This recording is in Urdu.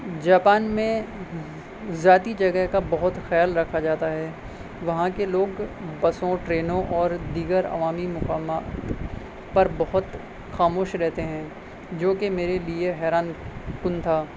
جاپان میں ذاتی جگہ کا بہت خیال رکھا جاتا ہے وہاں کے لوگ بسوں ٹرینوں اور دیگر عوامی مقامات پر بہت خاموش رہتے ہیں جو کہ میرے لیے حیران کن تھا